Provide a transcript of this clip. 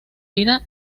vida